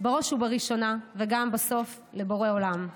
בראש ובראשונה וגם בסוף, לבורא עולם.